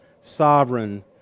sovereign